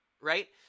right